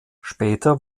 später